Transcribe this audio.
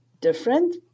different